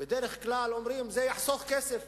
בדרך כלל אומרים שזה יחסוך כסף,